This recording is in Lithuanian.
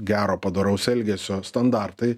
gero padoraus elgesio standartai